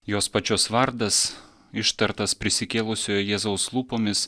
jos pačios vardas ištartas prisikėlusiojo jėzaus lūpomis